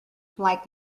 like